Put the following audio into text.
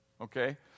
Okay